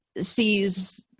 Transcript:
sees